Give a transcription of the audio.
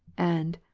and,